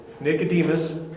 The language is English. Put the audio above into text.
Nicodemus